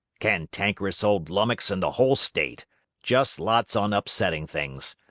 cantankerest old lummux in the whole state just lots on upsetting things.